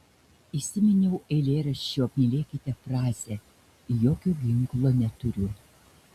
įsiminiau eilėraščio mylėkite frazę jokio ginklo neturiu